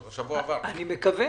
אני מקווה.